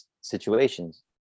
situations